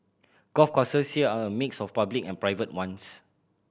golf courses here are a mix of public and private ones